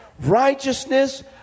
righteousness